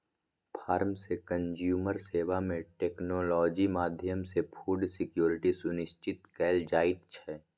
farm सँ consumer सेबा मे टेक्नोलॉजी माध्यमसँ फुड सिक्योरिटी सुनिश्चित कएल जाइत छै